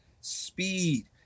speed